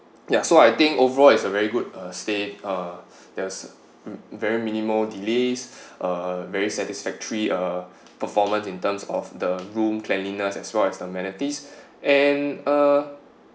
ya so I think overall is a very good uh stay uh there's very minimal delays uh very satisfactory uh performance in terms of the room cleanliness as well as the amenities and uh